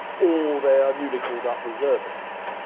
or they are newly called up reservists.